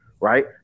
right